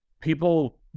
people